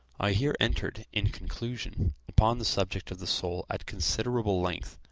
i here entered, in conclusion, upon the subject of the soul at considerable length,